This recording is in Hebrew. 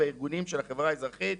והארגונים של החברה האזרחית,